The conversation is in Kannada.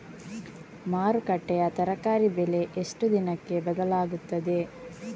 ಮಾರುಕಟ್ಟೆಯ ತರಕಾರಿ ಬೆಲೆ ಎಷ್ಟು ದಿನಕ್ಕೆ ಬದಲಾಗುತ್ತದೆ?